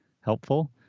helpful